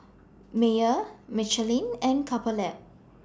Mayer Michelin and Couple Lab